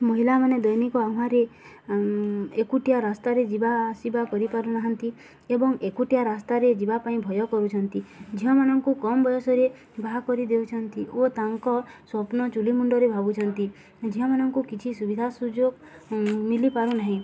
ମହିିଳାମାନେ ଦୈନିକ ଆହ୍ୱାନରେ ଏକୁଟିଆ ରାସ୍ତାରେ ଯିବା ଆସିବା କରିପାରୁନାହାନ୍ତି ଏବଂ ଏକୁଟିଆ ରାସ୍ତାରେ ଯିବା ପାଇଁ ଭୟ କରୁଛନ୍ତି ଝିଅମାନଙ୍କୁ କମ୍ ବୟସରେ ବାହା କରି ଦେଉଛନ୍ତି ଓ ତାଙ୍କ ସ୍ୱପ୍ନ ଚୁଲି ମୁୁଣ୍ଡରେ ଭାବୁଛନ୍ତି ଝିଅମାନଙ୍କୁ କିଛି ସୁବିଧା ସୁଯୋଗ ମିଳିପାରୁନାହିଁ